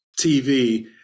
TV